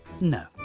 no